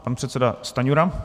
Pan předseda Stanjura.